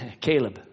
Caleb